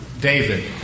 David